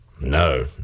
no